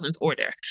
order